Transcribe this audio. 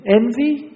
envy